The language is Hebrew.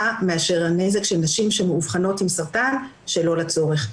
מאשר הנזק של נשים שמאובחנות עם סרטן שלא לצורך.